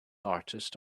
artist